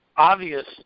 obvious